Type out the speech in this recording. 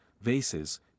vases